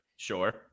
Sure